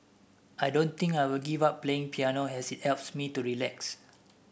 I don't think I will give up playing piano as it helps me to relax